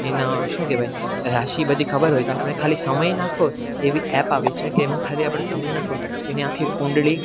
એના શું કહેવાય રાશિ બધી ખબર હોય તો આપણે ખાલી સમય નાખો એવી એપ આવી છે કે એમાં ખાલી આપણે સમય નાખો તેની આખી કુંડળી